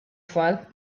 tfal